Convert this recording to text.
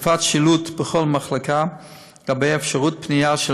הוספת שילוט בכל מחלקה לגבי אפשרות פנייה של